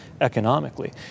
economically